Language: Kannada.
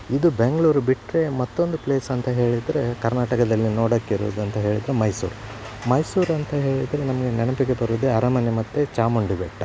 ಇದು ಬೆಂಗಳೂರು ಬಿಟ್ಟರೆ ಮತ್ತೊಂದು ಪ್ಲೇಸ್ ಅಂತ ಹೇಳಿದರೆ ಕರ್ನಾಟಕದಲ್ಲಿ ನೋಡೋಕ್ಕಿರದು ಅಂತ ಹೇಳಿದರೆ ಮೈಸೂರು ಮೈಸೂರು ಅಂತ ಹೇಳಿದರೆ ನಮಗೆ ನೆನಪಿಗೆ ಬರೋದೆ ಅರಮನೆ ಮತ್ತೆ ಚಾಮುಂಡಿ ಬೆಟ್ಟ